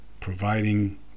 providing